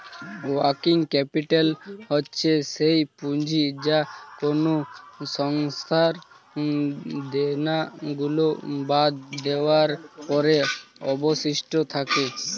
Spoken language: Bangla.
ওয়ার্কিং ক্যাপিটাল হচ্ছে সেই পুঁজি যা কোনো সংস্থার দেনা গুলো বাদ দেওয়ার পরে অবশিষ্ট থাকে